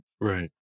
Right